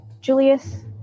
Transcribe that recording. Julius